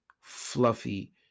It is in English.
fluffy